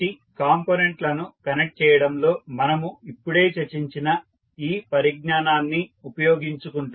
కాబట్టి కాంపోనెంట్ లను కనెక్ట్ చేయడంలో మనము ఇప్పుడే చర్చించిన ఈ పరిజ్ఞానాన్ని ఉపయోగించుకుంటాము